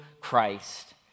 Christ